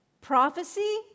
Prophecy